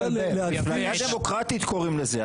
מפלגה דמוקרטית קוראים לזה,